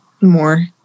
more